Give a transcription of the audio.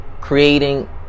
creating